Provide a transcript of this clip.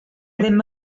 ddim